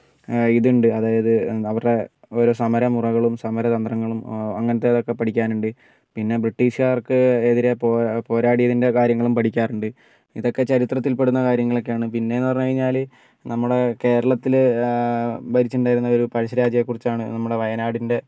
ഇതുണ്ട് അതായത് അവരുടെ ഓരോ സമരമുറകളും സമരതന്ത്രങ്ങളും അങ്ങനെത്തേതൊക്കേ പഠിക്കാനുണ്ട് പിന്നെ ബ്രിട്ടീഷുകാർക്ക് എതിരേ പോരാടിയതിൻറ്റെ കാര്യങ്ങളും പഠിക്കാറുണ്ട് ഇതൊക്കെ ചരിത്രത്തിൽ പെടുന്ന കാര്യങ്ങളൊക്കെയാണ് പിന്നെന്ന് പറഞ്ഞു കഴിഞ്ഞാൽ നമ്മളുടെ കേരളത്തിൽ ഭരിച്ചിട്ടുണ്ടായിരുന്ന ഒരു പഴശ്ശിരാജയെ കുറിച്ചാണ് നമ്മുടെ വയനാടിൻറ്റെ